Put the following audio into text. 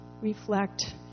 reflect